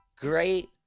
great